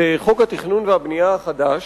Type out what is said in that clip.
פתחתי את חוק התכנון והבנייה החדש: